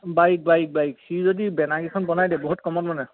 bike bike bike সি যদি বেনাৰকেইখন বনাই দিয়ে বহুত কমত বনে